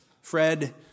Fred